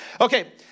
Okay